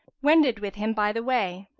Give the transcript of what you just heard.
wended with him by the way.